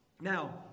Now